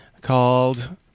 called